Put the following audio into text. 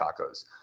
tacos